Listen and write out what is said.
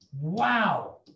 Wow